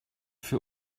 für